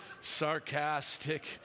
Sarcastic